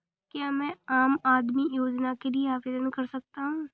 क्या मैं आम आदमी योजना के लिए आवेदन कर सकता हूँ?